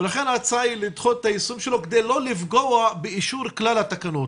ולכן ההצעה היא לדחות את היישום שלו כדי לא לפגוע באישור כלל התקנות.